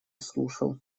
слушал